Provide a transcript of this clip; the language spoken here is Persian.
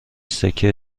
سکه